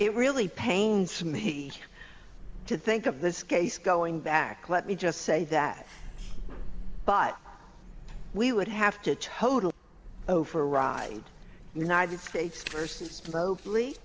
it really pains me to think of this case going back let me just say that but we would have to totally override united states versus